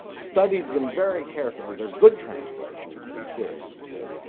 studied them very carefully, they're good translations, the syrians did.